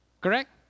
Correct